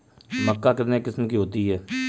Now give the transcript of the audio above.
मक्का कितने किस्म की होती है?